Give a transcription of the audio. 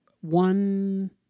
One